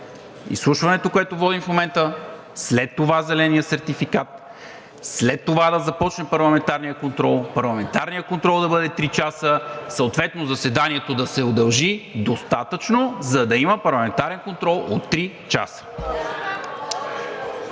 изслушването, което водим в момента, след това зеленият сертификат, след това да започне парламентарният контрол, парламентарният контрол да бъде три часа, съответно заседанието да се удължи достатъчно, за да има парламентарен контрол от три часа.